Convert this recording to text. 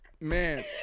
Man